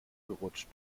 gerutscht